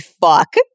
fuck